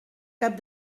cap